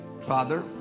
Father